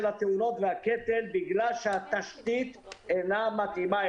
התאונות והקטל בגלל שהתשתית אינה מתאימה,